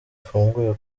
afunguye